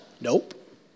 Nope